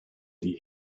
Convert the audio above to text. die